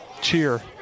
cheer